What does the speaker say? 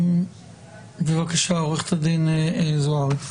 בבקשה, עוה"ד זוהרי.